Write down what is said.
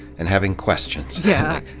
and having questions. yeah